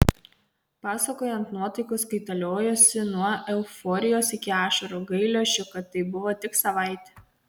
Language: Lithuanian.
pasakojant nuotaikos kaitaliojosi nuo euforijos iki ašarų gailesčio kad tai buvo tik savaitė